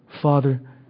Father